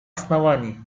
оснований